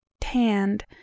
Tanned